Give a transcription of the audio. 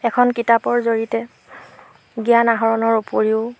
এখন কিতাপৰ জৰিয়তে জ্ঞান আহৰণৰ উপৰিও